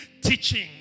teaching